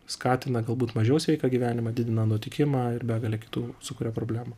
skatina galbūt mažiau sveiką gyvenimą didina nutukimą ir begalę kitų sukuria problemų